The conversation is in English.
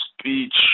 speech